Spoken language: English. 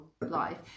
life